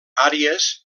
àries